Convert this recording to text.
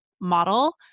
model